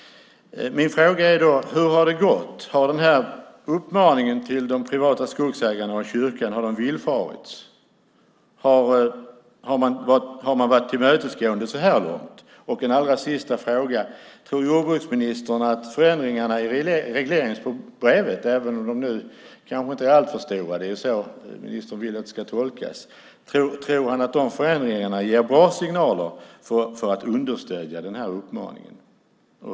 Min fråga är: Hur har det gått? Har uppmaningen till de privata skogsägarna och kyrkan villfarits? Har man varit tillmötesgående så här långt? Min allra sista fråga är: Tror jordbruksministern att förändringarna i regleringsbrevet - även om ministern vill att det ska tolkas som att de inte är alltför stora - ger bra signaler för att understödja den här uppmaningen?